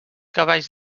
cavalls